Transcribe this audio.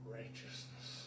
righteousness